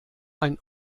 ein